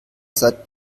seit